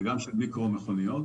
וגם של מיקרו מכוניות.